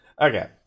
Okay